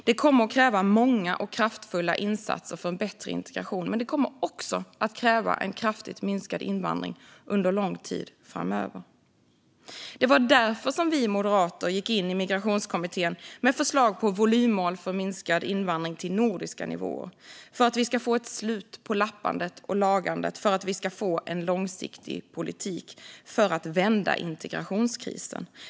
Det kommer att kräva många och kraftfulla insatser för en bättre integration, men det kommer också att kräva en kraftigt minskad invandring under lång tid framöver. Det var därför vi moderater gick in i Migrationskommittén med förslag på volymmål för minskad invandring till nordiska nivåer - för att vi ska få ett slut på lappandet och lagandet, för att vi ska få en långsiktig politik och för att vända integrationskrisen.